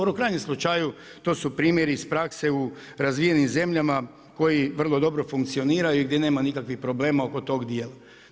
Ali u krajnjem slučaju, to su primjeri iz prakse u razvijenim zemljama koji vrlo dobro funkcioniraju i gdje nema nikakvih problema oko tog dijela.